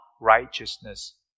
righteousness